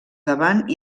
davant